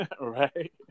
right